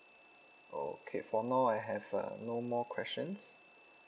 okay for now I have uh no more questions